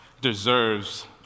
deserves